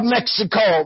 Mexico